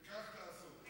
וכך תעשו.